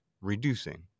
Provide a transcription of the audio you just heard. reducing